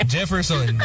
Jefferson